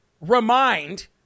remind